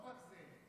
לא רק זה.